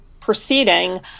proceeding